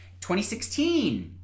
2016